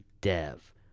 dev